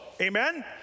amen